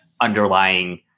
underlying